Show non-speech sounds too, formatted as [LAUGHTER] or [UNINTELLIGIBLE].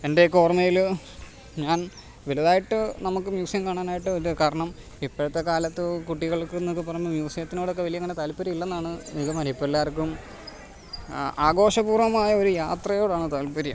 എൻ്റെയൊക്കെ ഓർമ്മയിൽ ഞാൻ വലുതായിട്ട് നമുക്ക് മ്യൂസിയം കാണാനായിട്ട് [UNINTELLIGIBLE] കാരണം ഇപ്പോഴത്തെ കാലത്ത് കുട്ടികൾക്ക് എന്നൊക്കെ പറയുമ്പോൾ മ്യൂസിയത്തിനോടൊക്കെ വലിയ അങ്ങനെ താല്പര്യമില്ലെന്നാണ് നിഗമനം ഇപ്പം എല്ലാവർക്കും ആഘോഷപൂർവ്വമായ ഒരു യാത്രയോടാണ് താല്പര്യം